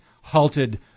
halted